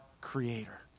Creator